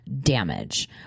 damage